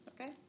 Okay